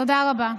תודה רבה.